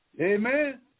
Amen